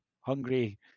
hungry